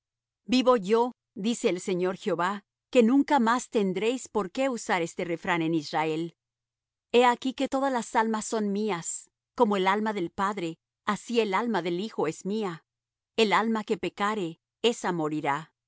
vivo yo dice el señor jehová que nunca más tendréis por qué usar este refrán en israel he aquí que todas las almas son mías como el alma del padre así el alma del hijo es mía el alma que pecare esa morirá